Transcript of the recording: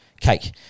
cake